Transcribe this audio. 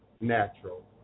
natural